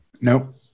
Nope